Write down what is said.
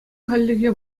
хальлӗхе